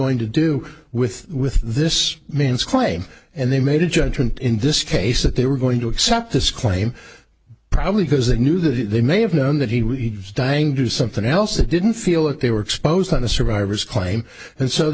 going to do with with this man's claim and they made a judgment in this case that they were going to accept this claim probably because they knew that they may have known that he was dying do something else that didn't feel like they were exposed on the survivors claim and so